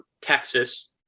Texas